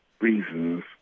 reasons